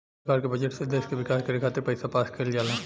सरकार के बजट से देश के विकास करे खातिर पईसा पास कईल जाला